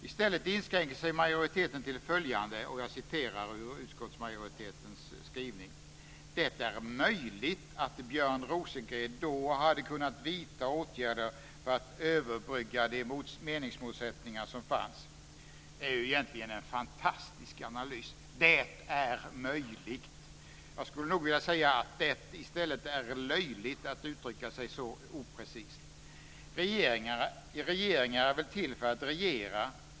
I stället inskränker sig majoriteten till följande, och jag citerar här från utskottsmajoritetens skrivning: "Det är möjligt att Björn Rosengren då hade kunnat vidta åtgärder för att överbrygga de meningsmotsättningar som fanns." Det är ju egentligen en fantastisk analys: "Det är möjligt". Jag skulle nog vilja säga att det i stället är löjligt att uttrycka sig så oprecist. Regeringar är väl till för att regera.